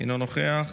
אינו נוכח.